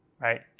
right